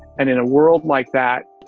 and in a world like that,